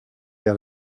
that